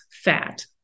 Fat